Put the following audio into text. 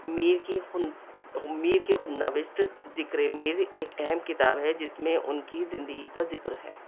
میر کی خود میر کی خودنوشت ذکر میر ایک اہم کتاب ہے جس میں ان کی زندگی کا ذکر ہے